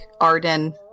Arden